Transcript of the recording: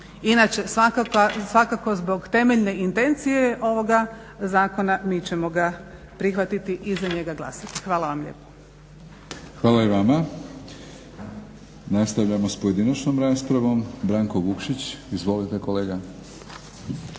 Inače svakako zbog temeljne intencije ovoga zakona mi ćemo ga prihvatiti i za njega glasati. Hvala vam lijepo. **Batinić, Milorad (HNS)** Hvala i vama. Nastavljamo sa pojedinačnom raspravom, Branko Vukšić izvolite kolega.